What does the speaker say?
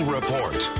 Report